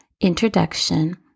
introduction